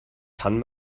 kann